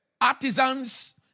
artisans